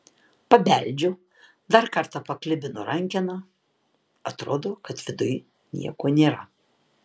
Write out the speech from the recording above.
pabeldžiu dar kartą paklibinu rankeną atrodo kad viduj nieko nėra